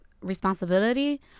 responsibility